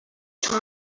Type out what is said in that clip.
time